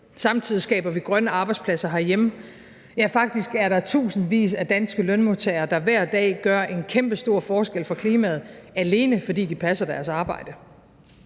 Samtidig skaber vi grønne arbejdspladser herhjemme, ja, faktisk er der tusindvis af danske lønmodtagere, der hver dag gør en kæmpestor forskel for klimaet, alene fordi de passer deres arbejde.